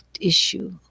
issue